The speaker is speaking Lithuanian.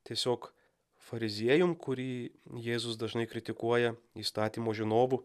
tiesiog fariziejum kurį jėzus dažnai kritikuoja įstatymo žinovu